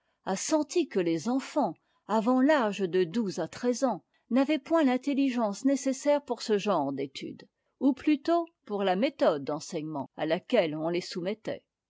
a senti que les enfants avant t'âge de douze à treize ans n'avaient point l'intelligence nécessaire pour les études qu'on exigeait d'eux ou plutôt pour la méthode d'enseignement à laquelle on les soumettait